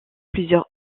plusieurs